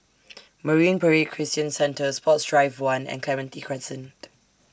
Marine Parade Christian Centre Sports Drive one and Clementi Crescent